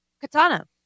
Katana